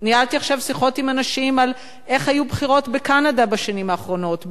ניהלתי עכשיו שיחות עם אנשים על איך היו בחירות בקנדה בשנים האחרונות,